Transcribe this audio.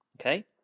okay